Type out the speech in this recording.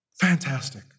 fantastic